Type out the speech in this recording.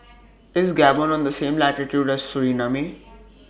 IS Gabon on The same latitude as Suriname